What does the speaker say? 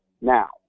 Now